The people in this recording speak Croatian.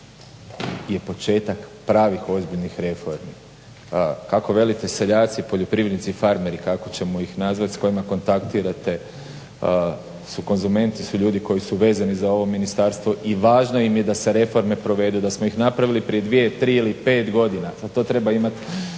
zakon je početak pravih ozbiljnih reformi. Kako velite seljaci, poljoprivrednici i farmeri kako ćemo ih nazvati, s kojima kontaktirate su konzumenti, su ljudi koji su vezani za ovo ministarstvo i važno im je da se reforme provedu. Da smo ih napravili prije 2, 3 ili 5 godina za to treba imat